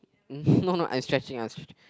mm no no I stretching I stretch